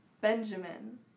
Benjamin